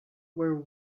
were